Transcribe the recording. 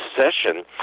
session